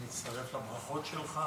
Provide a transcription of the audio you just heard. אני מצטרף לברכות שלך.